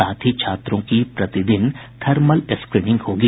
साथ ही छात्रों की प्रतिदिन थर्मल स्क्रीनिंग होगी